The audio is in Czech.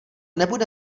nebude